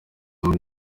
muri